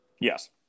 Yes